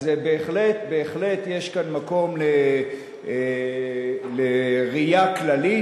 אז בהחלט בהחלט יש כאן מקום לראייה כללית,